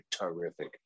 terrific